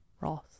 Ross